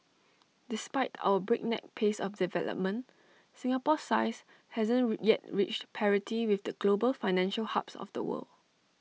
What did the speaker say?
despite our breakneck pace of development Singapore's size hasn't yet reached parity with the global financial hubs of the world